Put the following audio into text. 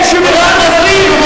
לא אזרחים.